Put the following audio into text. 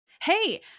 Hey